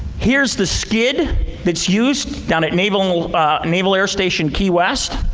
here's the skid that's used down at naval and naval air station key west.